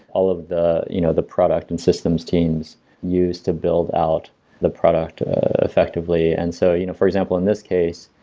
all of the you know the product and systems teams used to build out the product effectively. and so, you know, for example, in this case,